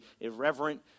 irreverent